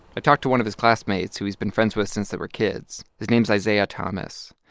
i talked to one of his classmates who he's been friends with since they were kids. his name's isaiah thomas.